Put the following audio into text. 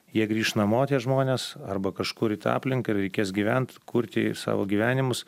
jie grįš namo tie žmonės arba kažkur į tą aplinką reikės gyvent kurti savo gyvenimus